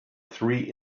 three